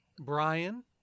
Brian